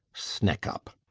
sneck up!